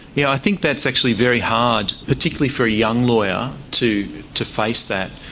yeah i think that's actually very hard, particularly for a young lawyer to to face that.